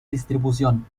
distribución